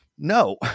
No